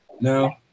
No